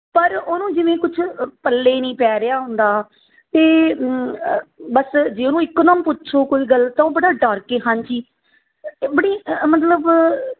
ਪਰ ਉਹਨੂੰ ਜਿਵੇਂ ਕੁਛ ਪੱਲੇ ਹੀ ਨਹੀਂ ਪੈ ਰਿਹਾ ਹੁੰਦਾ ਅਤੇ ਬਸ ਜੇ ਉਹਨੂੰ ਇੱਕੋ ਦਮ ਪੁੱਛੋ ਕੋਈ ਗੱਲ ਤਾਂ ਉਹ ਬੜਾ ਡਰ ਕੇ ਹਾਂਜੀ ਬੜੀ ਮਤਲਬ